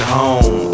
home